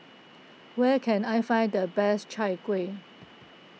where can I find the best Chai Kueh